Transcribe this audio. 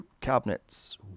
cabinets